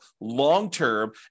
long-term